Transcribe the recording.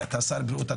ואתה שר הבריאות,